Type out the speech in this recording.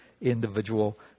individual